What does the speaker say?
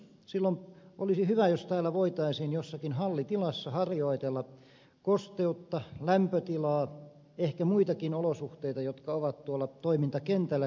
silloin olisi hyvä jos täällä voitaisiin jossakin hallitilassa harjoitella kosteutta lämpötilaa ehkä muitakin olosuhteita jotka ovat tuolla toimintakentällä